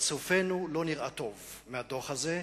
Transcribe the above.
פרצופנו לא נראה טוב מהדוח הזה,